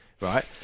right